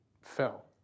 fell